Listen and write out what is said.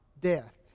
death